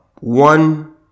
one